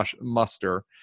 muster